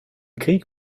krieg